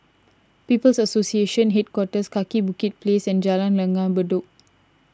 People's Association Headquarters Kaki Bukit Place and Jalan Langgar Bedok